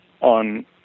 on